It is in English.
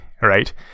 right